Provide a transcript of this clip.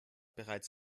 bereits